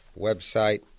website